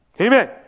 Amen